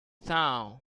town